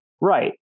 Right